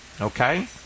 okay